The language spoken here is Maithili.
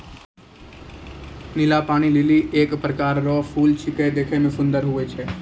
नीला पानी लीली एक प्रकार रो फूल छेकै देखै मे सुन्दर हुवै छै